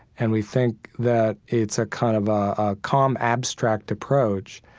and we think that it's a kind of a a calm, abstract approach.